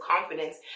confidence